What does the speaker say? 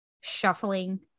shuffling